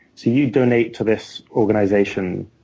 so you donate to this organization,